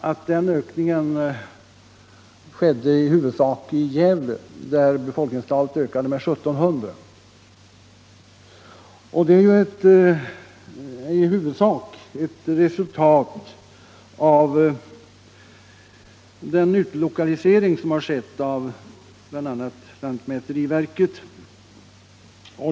Denna ökning är i huvudsak ett resultat av den utlokalisering som skett bl.a. av lantmäteriverket.